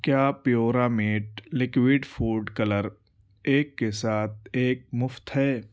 کیا پیورامیٹ liquid food colour ایک کے ساتھ ایک مفت ہے